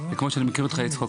וכמו שאני מכיר אותך, יצחק,